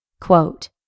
Quote